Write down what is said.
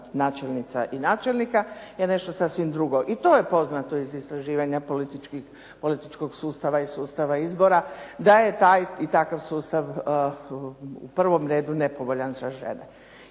načelnica i načelnika je nešto sasvim drugo. I to je poznato iz istraživanja političkog sustava i sustava izbora, da je taj i takav sustav u prvom redu nepovoljan za žene.